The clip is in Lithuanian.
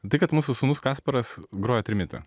tai kad mūsų sūnus kasparas groja trimitą